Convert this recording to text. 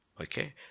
Okay